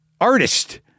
artist